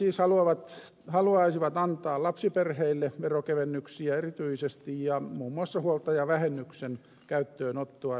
kristillisdemokraatit siis haluaisivat antaa erityisesti lapsiperheille veronkevennyksiä ja muun muassa huoltajavähennyksen käyttöönottoa esitämme